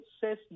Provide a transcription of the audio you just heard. says